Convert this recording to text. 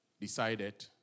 decided